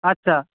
আচ্ছা